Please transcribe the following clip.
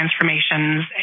transformations